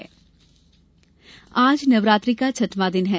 नवरात्रि आज नवरात्रि का छठवां दिन है